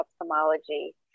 ophthalmology